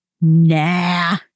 nah